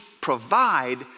provide